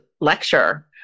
lecture